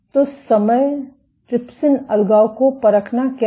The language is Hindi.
तो समय ट्रिप्सिन अलगाव को परखना क्या है